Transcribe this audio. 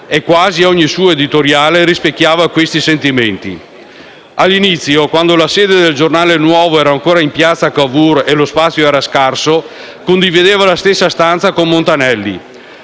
e quasi ogni suo editoriale rispecchiava questi sentimenti. All'inizio, quando la sede de «Il Giornale nuovo» era ancora in piazza Cavour e lo spazio era scarso, condivideva la stessa stanza con Montanelli: